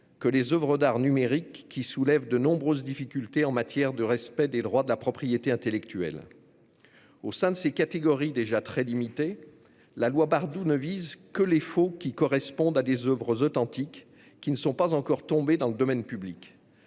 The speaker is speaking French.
que les oeuvres d'art numériques, qui soulèvent de nombreuses difficultés en matière de respect des droits de la propriété intellectuelle. Au sein de ces catégories déjà très limitées, la loi Bardoux ne vise que les faux qui correspondent à des oeuvres authentiques qui ne sont pas encore tombées dans le domaine public.